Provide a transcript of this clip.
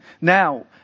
now